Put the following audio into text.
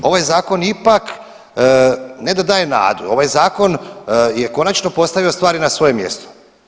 Ovaj zakon ipak ne da daje nadu, ovaj zakon je konačno postavio stvari na svoje mjesto.